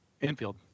Infield